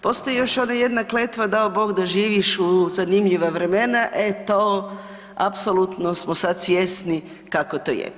Postoji još ona jedna kletva dao Bog da živiš u zanimljiva vremena, e to apsolutno smo sad svjesni kako to je.